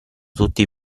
tutti